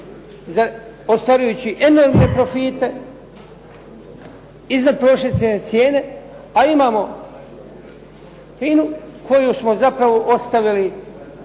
ostvarujući enormne profite iznadprosječne cijene, a imamo FINA-u koju smo zapravo ostavili